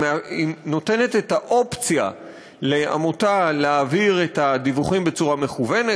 היא נותנת את האופציה לעמותה להעביר את הדיווחים בצורה מקוונת.